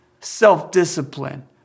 self-discipline